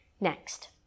next